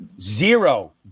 zero